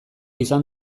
izan